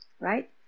right